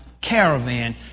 caravan